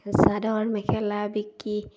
চাদৰ মেখেলা বিকি